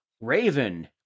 raven